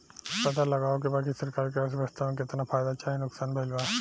पता लगावे के बा की सरकार के अर्थव्यवस्था में केतना फायदा चाहे नुकसान भइल बा